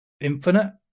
Infinite